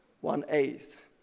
One-eighth